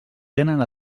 tenen